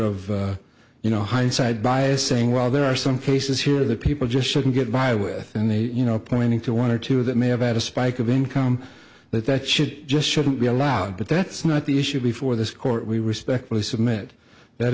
of you know hindsight bias saying well there are some cases here that people just shouldn't get by with and you know pointing to one or two that may have had a spike of income that that should just shouldn't be allowed but that's not the issue before this court we respectfully submit that